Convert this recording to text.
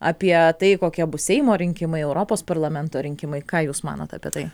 apie tai kokie bus seimo rinkimai europos parlamento rinkimai ką jūs manot apie tai